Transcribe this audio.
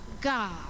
God